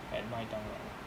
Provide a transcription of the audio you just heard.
at 麦当劳